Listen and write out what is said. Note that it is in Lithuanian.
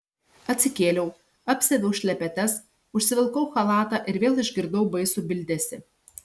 atsikėliau apsiaviau šlepetes užsivilkau chalatą ir vėl išgirdau baisų bildesį